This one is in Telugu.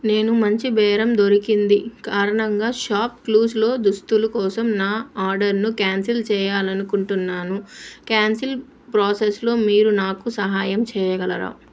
నేను మంచి బేరం దొరికింది కారణంగా షాప్క్లూస్స్లో దుస్తులు కోసం నా ఆర్డర్ను క్యాన్సిల్ చేయాలని అనుకుంటున్నాను క్యాన్సిల్ ప్రాసెస్లో మీరు నాకు సహాయం చేయగలరా